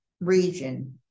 region